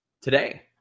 Today